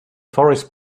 forest